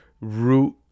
root